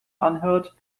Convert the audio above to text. anhört